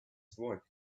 sword